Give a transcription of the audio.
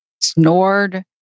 snored